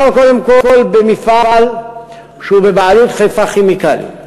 מדובר קודם כול במפעל שהוא בבעלות "חיפה כימיקלים".